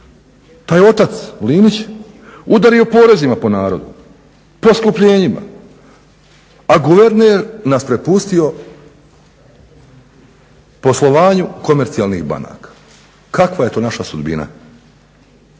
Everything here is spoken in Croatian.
taj otac Linić udario porezima po narodu, poskupljenjima, a guverner nas prepustio poslovanju komercijalnih banaka. Kakva je to naša sudbina?